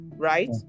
right